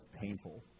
painful